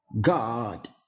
God